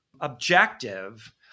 objective